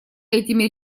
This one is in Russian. этими